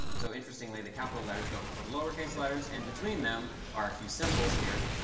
so interestingly, the capital letters go before the lowercase letters. and between them are a few symbols here.